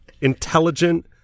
intelligent